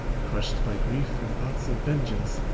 crushed by grief and thoughts of vengeance,